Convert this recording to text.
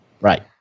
Right